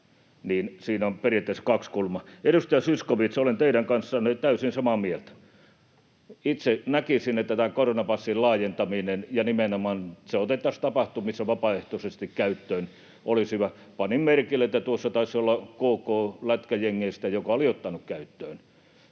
siinä on periaatteessa kaksi kulmaa. Edustaja Zyskowicz, olen teidän kanssanne täysin samaa mieltä. Itse näkisin, että tämän koronapassin laajentaminen — ja nimenomaan, että se otettaisiin tapahtumissa vapaaehtoisesti käyttöön — olisi hyvä. Panin merkille, että tuossa taisi olla KooKoo lätkäjengeistä, joka oli ottanut käyttöön,